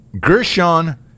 Gershon